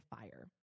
fire